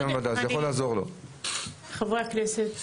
בשם הוועדה,